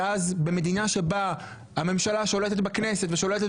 ואז במדינה שבה הממשלה שולטת בכנסת ושולטת